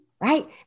right